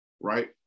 right